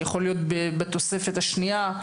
אולי בתוספת השנייה.